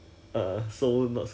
他 how how much are you paying